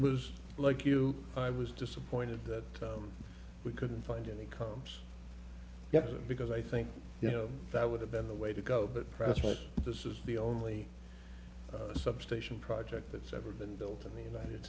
was like you i was disappointed that we couldn't find any comes because i think you know that would have been the way to go but presto this is the only substation project that's ever been built in the united